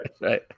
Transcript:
right